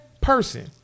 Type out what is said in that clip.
person